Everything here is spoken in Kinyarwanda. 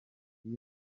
com